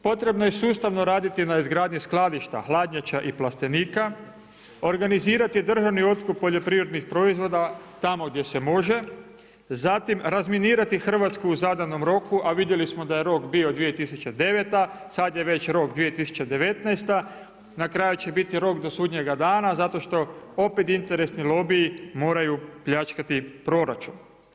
Potrebno je sustavno raditi na izgradnji skladišta, hladnjača i plastenika, organizirati državni otkup poljoprivrednih proizvoda tamo gdje se može, zatim razminirati Hrvatsku u zadanom roku a vidjeli smo da je rok bio 2009., sada je već rok 2019., na kraju će biti rok do sudnjega dana zato što opet interesni lobiji moraju pljačkati proračun.